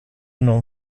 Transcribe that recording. non